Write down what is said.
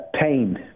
Pain